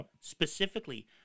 specifically